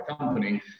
company